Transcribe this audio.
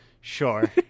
Sure